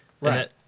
Right